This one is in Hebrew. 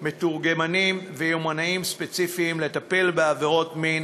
מתורגמנים ויומנאים ספציפיים לטפל בעבירות מין